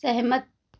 सहमत